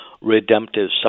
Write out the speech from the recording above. redemptive